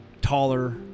taller